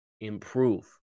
improve